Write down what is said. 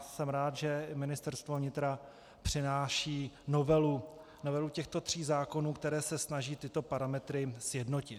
Jsem rád, že Ministerstvo vnitra přináší novelu těchto tří zákonů, které se snaží tyto parametry sjednotit.